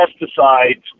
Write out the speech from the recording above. pesticides